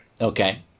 Okay